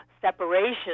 separation